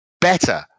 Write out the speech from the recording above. better